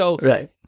Right